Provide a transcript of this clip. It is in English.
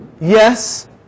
Yes